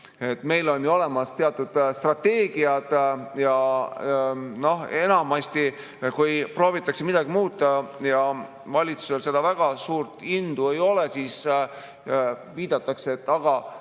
meil on ju olemas teatud strateegiad. Enamasti, kui proovitakse midagi muuta ja valitsusel seda väga suurt indu ei ole, siis viidatakse, et aga